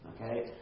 Okay